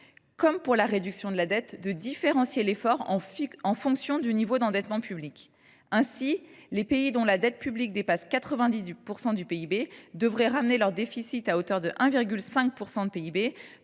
comme pour la réduction de la dette, de différencier l’effort en fonction du niveau d’endettement public. Ainsi, les pays dont la dette publique dépasse 90 % du PIB devraient ramener leur déficit à hauteur de 1,5 % du PIB,